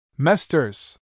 Mesters